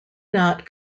not